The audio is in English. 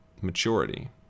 Maturity